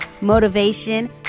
motivation